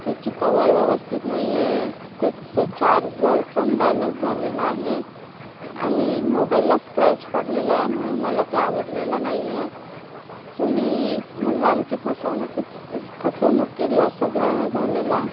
तर त्याची कवर व्यवस्थित नाही आहे त्याचं चार्जर पण डॅमेज झालेलं आहे आणि मोबाइलला स्क्रॅच पडलेला आहे म्हणून मला ते आवडलेलं नाही आहे तुम्ही म्हणजे आमची फसवणूकच फसवणूक केली असं ग्राह्य झालेलं आहे